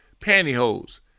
pantyhose